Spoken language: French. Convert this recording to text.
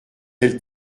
elle